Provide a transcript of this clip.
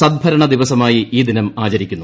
സദ്ഭരണ ദിവസമായി ഈ ദിനം ആചരിക്കുന്നു